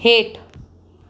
हेठि